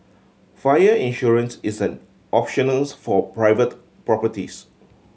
fire insurance is an optionals for private properties